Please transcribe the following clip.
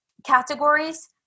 categories